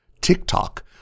TikTok